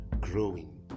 growing